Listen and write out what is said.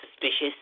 suspicious